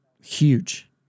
huge